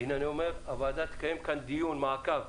הוועדה תקיים דיון מעקב